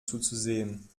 zuzusehen